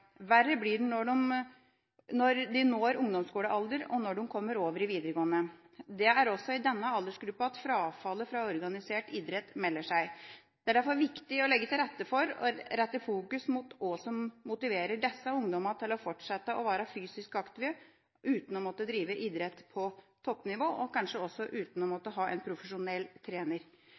Verre blir det når de når ungdomsskolealder, og når de kommer over i videregående. Det er også i denne aldersgruppa at frafallet fra organisert idrett melder seg. Det er derfor viktig å legge til rette for – og rette fokus mot – det som motiverer disse ungdommene til å fortsette å være fysisk aktive uten å måtte drive idrett på toppnivå, og kanskje også uten å måtte ha en profesjonell trener.